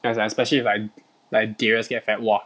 ya sia especially if like like darius get fed !wah!